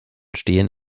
stehen